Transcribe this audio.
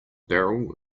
barrel